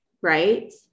right